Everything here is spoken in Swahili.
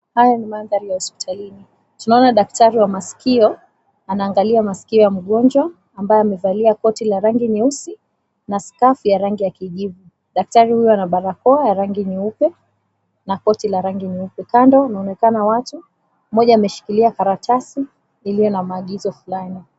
Haya ni mandhari ya hospitalini. Tunaona daktari wa masikio anaangalia masikio ya mgonjwa, ambaye amevalia koti la rangi nyeusi na skafu ya rangi ya kijivu. Daktari huyo ana barakoa ya rangi nyeupe na koti la rangi nyeupe. Kando unaonekana watu, mmoja ameshikilia karatasi iliyo na maagizo fulani.